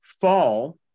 fall